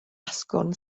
asgwrn